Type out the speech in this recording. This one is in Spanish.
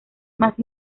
más